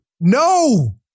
No